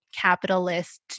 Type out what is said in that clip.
capitalist